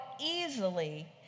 easily